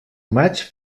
maig